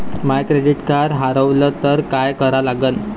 माय credit card हारवलं तर काय करा लागन?